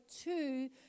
two